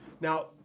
Now